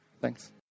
Thanks